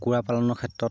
কুকুৰা পালনৰ ক্ষেত্ৰত